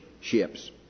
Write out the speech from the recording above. ships